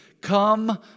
come